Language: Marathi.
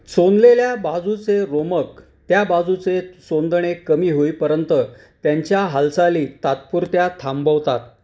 चोंदलेल्या बाजूचे रोमक त्या बाजूचे चोंदणे कमी होईपर्यंत त्यांच्या हालचाली तात्पुरत्या थांबवतात